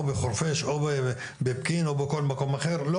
בחורפיש או בפקיעין או בכל מקום אחר לא